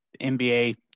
NBA